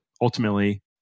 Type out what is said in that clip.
ultimately